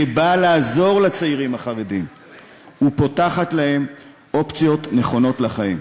שבאה לעזור לצעירים החרדים ופותחת להם אופציות נכונות לחיים.